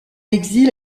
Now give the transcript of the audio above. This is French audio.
exil